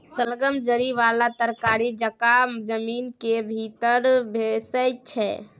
शलगम जरि बला तरकारी जकाँ जमीन केर भीतर बैसै छै